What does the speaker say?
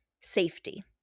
safety